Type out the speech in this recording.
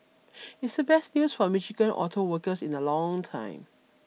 it's the best news for Michigan auto workers in a long time